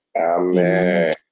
Amen